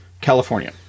California